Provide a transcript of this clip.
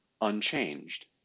unchanged